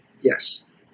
yes